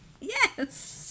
Yes